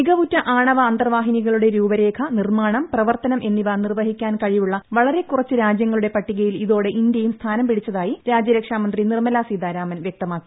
മികവുറ്റ ആണവ അന്തർവാഹിനികളുടെ രൂപരേഖ നിർമ്മാണം പ്രവർത്തനം എന്നിവ നിർവ്വഹിക്കാൻ കഴിവുള്ള വളരെ കുറച്ച് രാജ്യങ്ങളുടെ പട്ടികയിൽ ഇതോടെ ഇന്ത്യയും സ്ഥാനം പിടിച്ചതായി രാജ്യരക്ഷാമന്ത്രി നിർമ്മലാ സീതാരാമൻ വ്യക്തമാക്കി